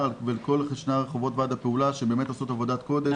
ולכל --- ועד הפעולה שבאמת עושות עבודת קודש,